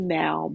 now